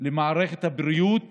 למערכת הבריאות